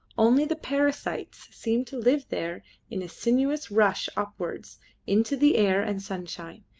only the parasites seemed to live there in a sinuous rush upwards into the air and sunshine,